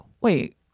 wait